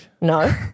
No